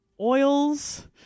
oils